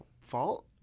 fault